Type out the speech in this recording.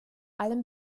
allem